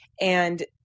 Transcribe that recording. and-